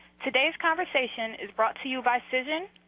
today's conversation is brought to you by cision,